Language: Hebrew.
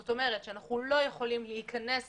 זאת אומרת שאנחנו לא יכולים להיכנס לנציגות,